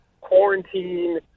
quarantine